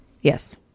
Yes